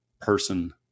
person